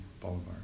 Boulevard